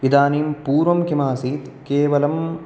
इदानीं पूर्वं किम् आसीत् केवलं